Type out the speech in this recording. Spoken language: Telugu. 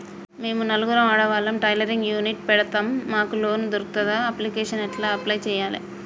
మేము నలుగురం ఆడవాళ్ళం టైలరింగ్ యూనిట్ పెడతం మాకు లోన్ దొర్కుతదా? అప్లికేషన్లను ఎట్ల అప్లయ్ చేయాలే?